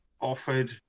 offered